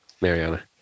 Mariana